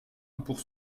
pour